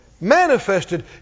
manifested